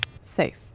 Safe